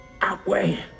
outweigh